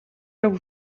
over